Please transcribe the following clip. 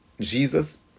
Jesus